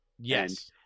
yes